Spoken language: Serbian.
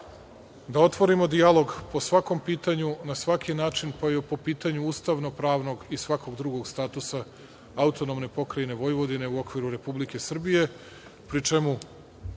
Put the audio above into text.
da otvorimo dijalog o svakom pitanju, na svaki način koji je po pitanju ustavnog, pravnog i svakog drugog statusa AP Vojvodine, u okviru Republike Srbije, pri čemu